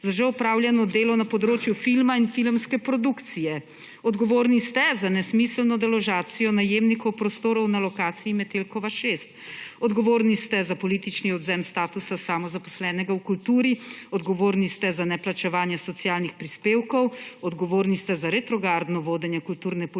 za že opravljeno delo na področju filma in filmske produkcije. Odgovorni ste za nesmiselno deložacijo najemnikov prostorov na lokaciji Metelkova 6. Odgovorni ste za politični odvzem statusa samozaposlenega v kulturi, odgovorni ste za neplačevanje socialnih prispevkov, odgovorni ste za retrogradno vodenje kulturne politike